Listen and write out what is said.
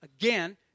Again